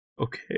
okay